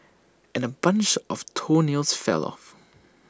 and A bunch of toenails fell off